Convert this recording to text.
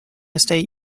state